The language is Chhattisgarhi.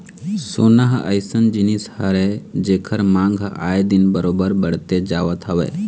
सोना ह अइसन जिनिस हरय जेखर मांग ह आए दिन बरोबर बड़ते जावत हवय